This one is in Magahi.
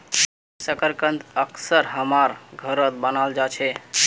शकरकंद अक्सर हमसार घरत बनाल जा छे